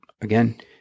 again